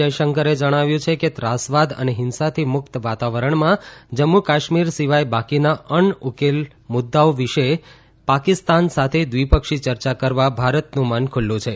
જયશંકરે જણાવ્યું છે કે ત્રાસવાદ અને હિંસાથી મુક્ત વાતાવરણમાં જમ્મુ કાશ્મીર સિવાય બાકીના અણઉકેલ મુદ્દાઓ વિષે પાકિસ્તાન સાથે દ્વિપક્ષી ચર્ચા કરવા ભારતનું મન ખુલ્લુ છે